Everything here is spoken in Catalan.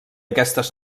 aquestes